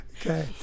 Okay